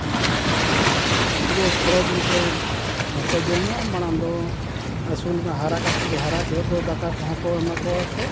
ᱟᱨ ᱩᱱᱠᱩ ᱫᱚ ᱯᱷᱚᱞ ᱡᱤᱱᱤᱥ ᱦᱚᱸ ᱦᱚᱸᱠᱚ ᱡᱚᱢᱟ ᱢᱟᱲᱟᱝ ᱫᱚ ᱟᱹᱥᱩᱞ ᱦᱟᱨᱟ ᱠᱟᱛᱮᱫ ᱦᱟᱨᱟᱜ ᱡᱚᱦᱚᱜ ᱫᱚ ᱫᱟᱠᱟ ᱠᱚᱦᱚᱸ ᱠᱚ ᱮᱢᱟ ᱠᱚᱣᱟ ᱠᱚ